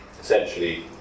essentially